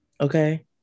Okay